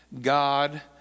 God